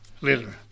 later